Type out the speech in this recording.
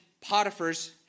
Potiphar's